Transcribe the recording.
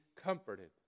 comforted